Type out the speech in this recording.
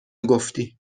گفتی